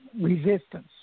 resistance